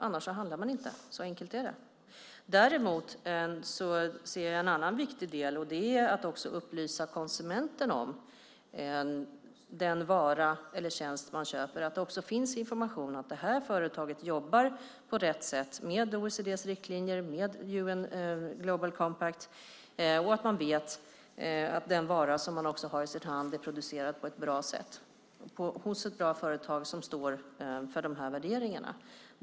Annars handlar man inte. Så enkelt är det. Jag ser en annan viktig del. Det är att upplysa konsumenten om den vara eller tjänst man köper, att det finns information om att detta företag jobbar på rätt sätt med OECD:s riktlinjer och UN Global Compact så att man vet att den vara man har i sin hand är producerad på att bra sätt hos ett bra företag som står för dessa värderingar.